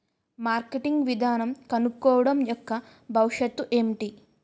Marketing విధానం కనుక్కోవడం యెక్క భవిష్యత్ ఏంటి?